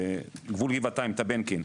בגבול גבעתיים טבנקין,